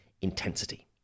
intensity